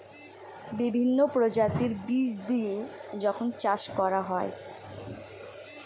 বিভিন্ন প্রজাতির বীজ দিয়ে যখন চাষ করা হয়